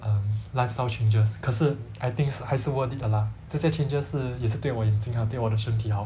um lifestyle changes 可是 I think 是还是 worth it 的 lah 这些 changes 是也是对我眼睛好对我的身体好